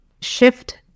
shift